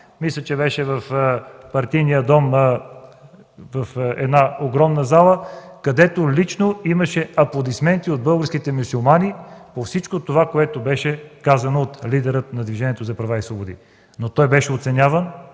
мисля, че беше в Партийния дом в една огромна зала, където имаше аплодисменти от тях за всичко онова, което беше казано от лидера на Движението за права и свободи, но той беше оценяван